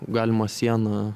galima sieną